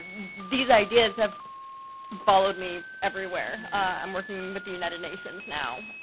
these ideas have followed me everywhere. i'm working with the united nations now,